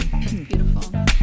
Beautiful